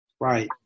Right